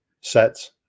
sets